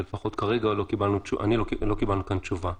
ולפחות כרגע לא קיבלנו כאן תשובה.